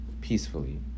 peacefully